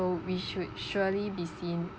we should surely be seen